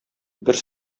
бер